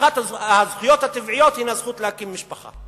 אחת הזכויות הטבעיות היא הזכות להקים משפחה.